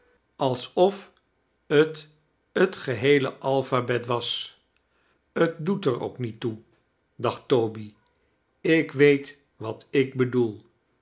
alsof t het geheele alphabet was t doet er ook niet toe dacht toby ik weet wat ik bedoel